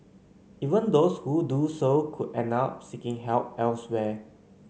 even those who do so could end up seeking help elsewhere